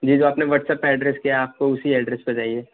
جی جو آپ نے واٹسپ ایڈریس کیا ہے آپ کو اسی ایڈریس پر جائیے